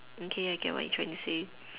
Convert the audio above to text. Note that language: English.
okay I get what you are trying to say